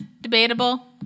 debatable